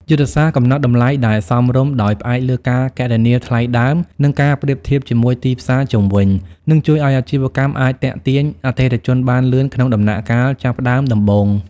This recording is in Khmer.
យុទ្ធសាស្ត្រកំណត់តម្លៃដែលសមរម្យដោយផ្អែកលើការគណនាថ្លៃដើម និងការប្រៀបធៀបជាមួយទីផ្សារជុំវិញ នឹងជួយឱ្យអាជីវកម្មអាចទាក់ទាញអតិថិជនបានលឿនក្នុងដំណាក់កាលចាប់ផ្ដើមដំបូង។